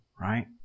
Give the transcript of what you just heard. right